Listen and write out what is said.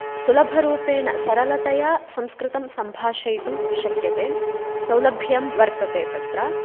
सुलभरूपेण सरलतया संस्कृतं सम्भाषयितुं शक्यते सौलभ्यं वर्तते तत्र